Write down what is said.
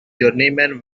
journeyman